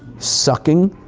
sucking,